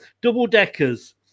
Double-deckers